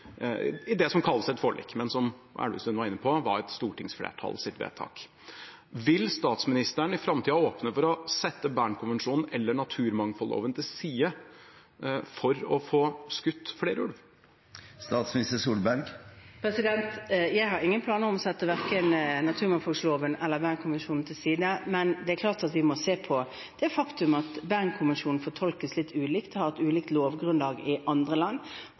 det som kalles et forlik, men som representanten Elvestuen var inne på var stortingsflertallets vedtak. Vil statsministeren i framtida åpne for å sette Bern-konvensjonen eller naturmangfoldloven til side for å få skutt flere ulver? Jeg har ingen planer om å sette verken naturmangfoldloven eller Bern-konvensjonen til side, men det er klart at vi må se på det faktum at Bern-konvensjonen fortolkes litt ulikt og har hatt ulikt lovgrunnlag i andre land.